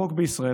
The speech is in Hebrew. החוק בישראל,